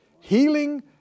Healing